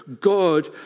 God